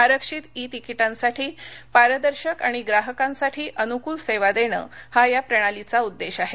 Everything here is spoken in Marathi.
आरक्षित ई तिकिटांसाठी पारदर्शक आणि ग्राहकांसाठी अनुकूल सेवा देणं हा या प्रणालीचा उद्देश आहे